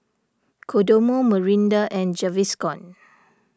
Kodomo Mirinda and Gaviscon